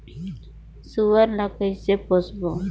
सुअर ला कइसे पोसबो?